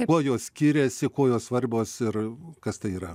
kuo jos skiriasi kuo jos svarbios ir kas tai yra